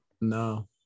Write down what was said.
No